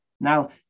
now